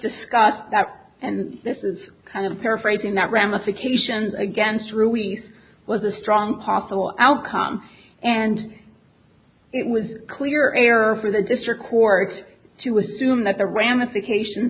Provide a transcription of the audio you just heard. discussed that and this is kind of paraphrasing that ramifications against ruiz was a strong possible outcome and it was clear error for the district court to assume that the ramifications